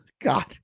God